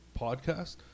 podcast